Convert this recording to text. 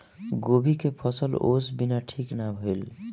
गोभी के फसल ओस बिना ठीक ना भइल